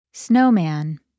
Snowman